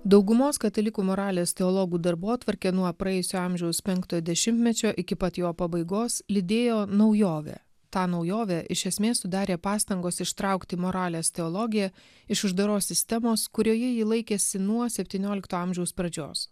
daugumos katalikų moralės teologų darbotvarkė nuo praėjusio amžiaus penktojo dešimtmečio iki pat jo pabaigos lydėjo naujovė ta naujovė iš esmės sudarė pastangos ištraukti moralės teologiją iš uždaros sistemos kurioje ji laikėsi nuo septyniolikto amžiaus pradžios